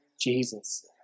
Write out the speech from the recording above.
Jesus